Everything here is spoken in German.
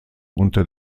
unter